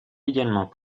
également